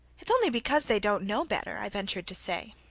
it's only because they don't know better i ventured to say.